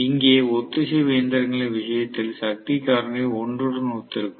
இங்கே ஒத்திசைவு இயந்திரங்களின் விஷயத்தில் சக்தி காரணி 1 உடன் ஒத்திருக்கும்